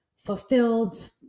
fulfilled